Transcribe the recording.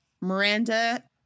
Miranda